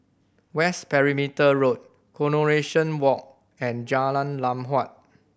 West Perimeter Road Coronation Walk and Jalan Lam Huat